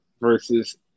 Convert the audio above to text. versus